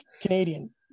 Canadian